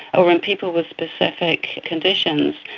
or in people with specific conditions,